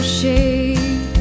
shade